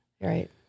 Right